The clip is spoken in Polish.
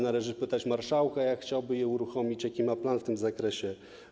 Należy pytać marszałka, jak chciałby je uruchomić, jaki ma plan w tym zakresie.